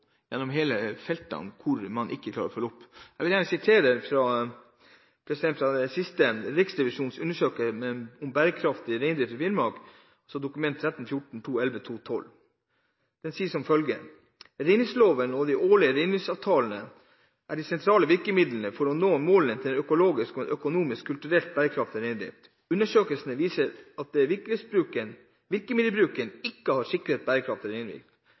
hele feltet hvor man ikke klarer å følge opp. Jeg vil gjerne sitere fra den siste undersøkelsen fra Riksrevisjonen om bærekraftig reindrift i Finnmark, Dokument 3:14 for 2011–2012: «Reindriftsloven og de årlige reindriftsavtalene er de sentrale virkemidlene for å nå målene om en økologisk, økonomisk og kulturelt bærekraftig reindrift. Undersøkelsen viser at virkemiddelbruken ikke har sikret en bærekraftig